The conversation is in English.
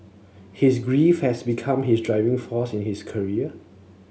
his grief has become his driving force in his career